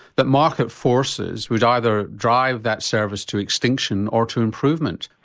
that market forces would either drive that service to extinction or to improvement.